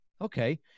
okay